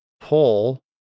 pull